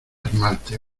esmalte